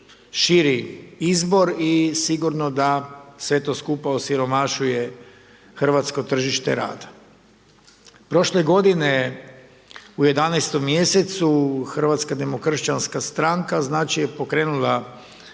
širi izbor i sigurno da sve to skupa osiromašuje hrvatsko tržište rada. Prošle godine u 11. mjesecu Hrvatska demokršćanska stranka znači je pokrenula